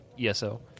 ESO